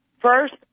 First